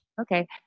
okay